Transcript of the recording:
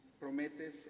prometes